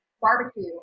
barbecue